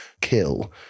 kill